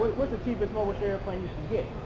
what's the cheapest mobile share plan you